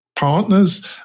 Partners